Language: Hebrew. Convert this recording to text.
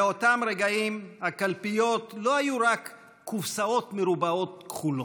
באותם רגעים הקלפיות לא היו רק קופסאות מרובעות כחולות,